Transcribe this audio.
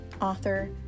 author